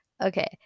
Okay